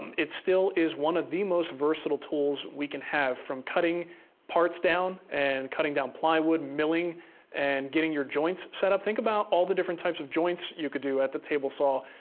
it still is one of the most versatile tools we can have. from cutting parts down, and cutting down plywood, milling and getting your joints set up, think about all the different types of joints you could do at the table saw,